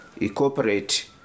incorporate